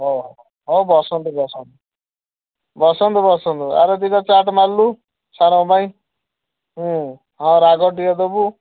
ହଉ ହଉ ବସନ୍ତୁ ବସନ୍ତୁ ବସନ୍ତୁ ବସନ୍ତୁ ଆରେ ଦୁଇଟା ଚାଟ୍ ମାରିଲୁ ସାରଙ୍କ ପାଇଁ ହଁ ରାଗ ଟିକେ ଦେବୁ